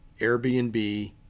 Airbnb